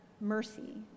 mercy